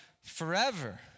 forever